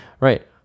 Right